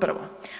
Prvo,